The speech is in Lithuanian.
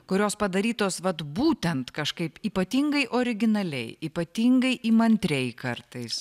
kurios padarytos vat būtent kažkaip ypatingai originaliai ypatingai įmantriai kartais